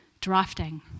drafting